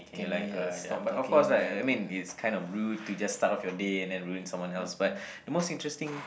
can you like uh ya but of course uh I mean it's kind of rude to just start off your day and then ruin someone else but the most interesting